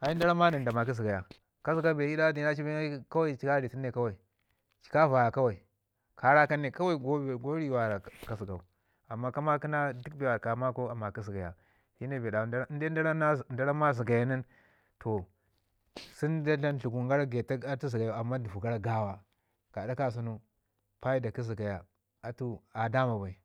da ramma nən da maki zəgaya ka zəga bee i ɗa adina ci bin kawai ci ka ritunu ci ka vaya kawai, ka rakan ne kawa gobe yori wara ka zəgau. Kama kina duk bee nin a makau da maka zəgaya shi ne bee dawu da ramma, inde da ramma zəgaya nin sun da dlam dləgun gara getak dəvo gara gawa. Gaɗa kasen paida kə zəgaya atu a dauma bai